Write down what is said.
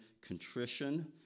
contrition